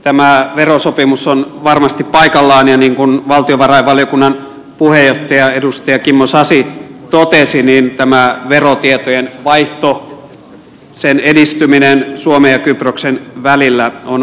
tämä verosopimus on varmasti paikallaan ja niin kuin valtiovarainvaliokunnan puheenjohtaja edustaja kimmo sasi totesi tämä verotietojen vaihto sen edistyminen suomen ja kyproksen välillä on varmasti perusteltua